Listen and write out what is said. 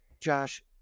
Josh